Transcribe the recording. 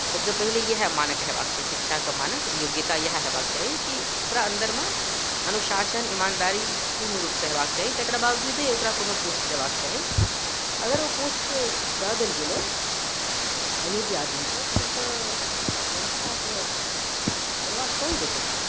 सभसँ पहिले इएह मानक हेबाक चाही शिक्षाके मानक योग्यता इएह हेबाक चाही कि ओकरा अंदरमे अनुशासन ईमानदारी पूर्ण रूपसँ हेबाक चाही तकरा बावजूदे ओकरा कोनो पोस्ट देबाक चाही अगर ओ पोस्ट दऽ देल गेलै अयोग्य आदमीकेँ तहन तऽ व्यवस्थाकेँ बर्बाद कऽए देतै